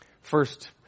First